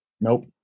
Nope